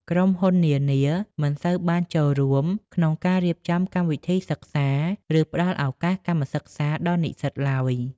ក្រុមហ៊ុននានាមិនសូវបានចូលរួមក្នុងការរៀបចំកម្មវិធីសិក្សា ឬផ្តល់ឱកាសកម្មសិក្សាដល់និស្សិតឡើយ។